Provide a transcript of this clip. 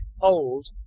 old